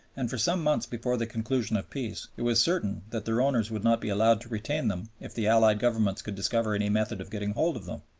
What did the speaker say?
and for some months before the conclusion of peace it was certain that their owners would not be allowed to retain them if the allied governments could discover any method of getting hold of them.